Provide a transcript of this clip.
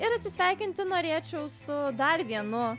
ir atsisveikinti norėčiau su dar vienu